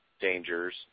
dangers